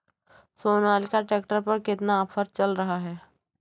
Sonalika tractor पर कितना offer चल रहा है?